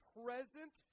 present